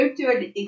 virtual